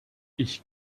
ich